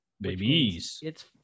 Babies